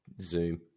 Zoom